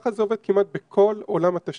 ככה זה עובד כמעט בכל עולם התשתיות.